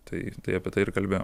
tai tai apie tai ir kalbėjom